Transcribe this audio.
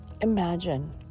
imagine